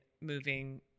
moving